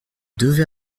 devez